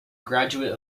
graduate